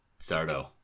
Sardo